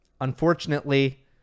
Unfortunately